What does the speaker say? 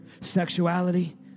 sexuality